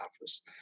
office